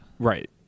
Right